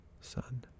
son